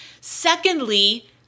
Secondly